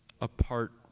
apart